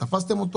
תפסתם אותו,